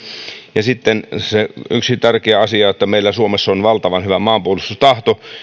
ja sitten on se yksi tärkeä asia että meillä suomessa on valtavan hyvä maanpuolustustahto